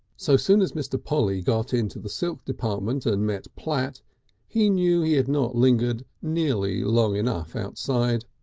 so soon as mr. polly got into the silk department and met platt he knew he had not lingered nearly long enough outside.